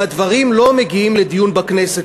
והדברים לא מגיעים לדיון בכנסת,